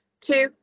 Two